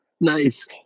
Nice